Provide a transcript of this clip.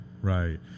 right